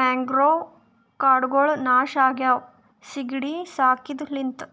mangrove ಕಾಡ್ಗೊಳ್ ನಾಶ ಆಗ್ಯಾವ ಸೀಗಿಡಿ ಸಾಕಿದ ಲಿಂತ್